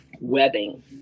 webbing